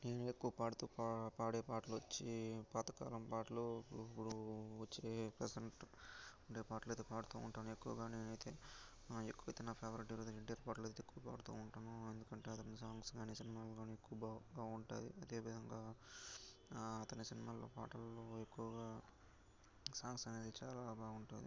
నేను ఎక్కువ పాడుతూ పాడే పాటలు వచ్చి పాతకాలం పాటలు ఇప్పుడు వచ్చే ప్రజెంట్ ఉండే పాటలు అయితే పాడుతూ ఉంటాను ఎక్కువగా నేనైతే ఎక్కువైతే నా ఫేవరెట్ ఎవరైతే ఎన్టీఆర్ పాటలు ఎక్కువ పాడుతూ ఉంటాను ఎందుకంటే అతని సాంగ్స్ కానీ సినిమాలు కానీ ఎక్కువ బాగా ఉంటాయి అదేవిధంగా అతని సినిమాలలో పాటలు ఎక్కువగా సాంగ్స్ అనేది చాలా బాగుంటాయి